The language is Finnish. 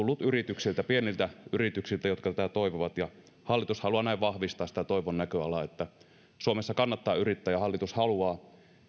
yrityksiltä pieniltä yrityksiltä toivovat hallitus haluaa näin vahvistaa sitä toivon näköalaa että suomessa kannattaa yrittää ja hallitus haluaa